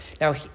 Now